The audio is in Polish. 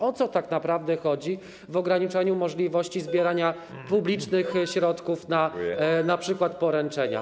O co tak naprawdę chodzi w ograniczeniu możliwości zbierania publicznych środków np. na poręczenia?